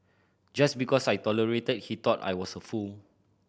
just because I tolerated he thought I was a fool